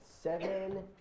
Seven